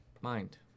mind